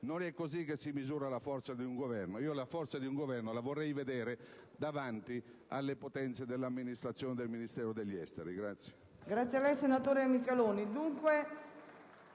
Non è così che si misura la forza di un Governo: io questa forza la vorrei vedere davanti alle potenze dell'amministrazione del Ministero degli affari esteri.